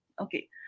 Okay